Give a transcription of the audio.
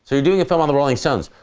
so doing a film on the rolling stones,